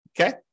Okay